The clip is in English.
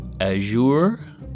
Azure